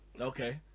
okay